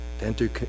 enter